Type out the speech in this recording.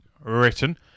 written